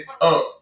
up